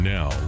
Now